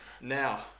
Now